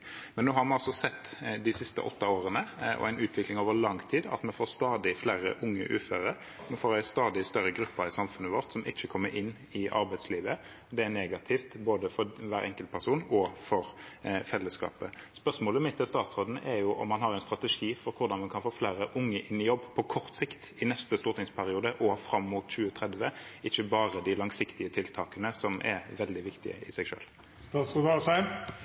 siste åtte årene – og det har vært en utvikling over lang tid – at vi får stadig flere unge uføre. Vi får en stadig større gruppe i samfunnet vårt som ikke kommer inn i arbeidslivet. Det er negativt både for hver enkelt person og for fellesskapet. Spørsmålet mitt til statsråden er om han har en strategi for hvordan vi kan få flere unge inn i jobb på kort sikt – i neste stortingsperiode og fram mot 2030, og ikke bare de langsiktige tiltakene, som er veldig viktige i seg